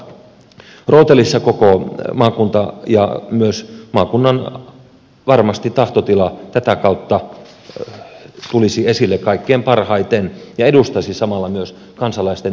silloin olisi samassa rootelissa koko maakunta ja varmasti myös maakunnan tahtotila tätä kautta tulisi esille kaikkein parhaiten ja edustaisi samalla myös kansalaisten mielipidettä